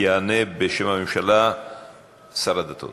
יענה בשם הממשלה השר לשירותי דת.